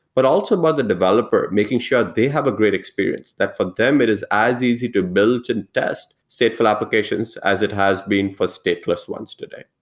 but also about but the developer, making sure they have a great experience, that for them it is as easy to build and test stateful applications as it has been for stateless once today.